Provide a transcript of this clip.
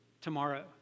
tomorrow